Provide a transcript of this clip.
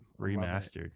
Remastered